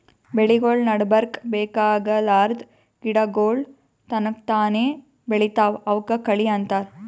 ಬೆಳಿಗೊಳ್ ನಡಬರ್ಕ್ ಬೇಕಾಗಲಾರ್ದ್ ಗಿಡಗೋಳ್ ತನಕ್ತಾನೇ ಬೆಳಿತಾವ್ ಅವಕ್ಕ ಕಳಿ ಅಂತಾರ